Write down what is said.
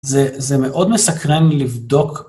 זה זה מאוד מסקרני לבדוק.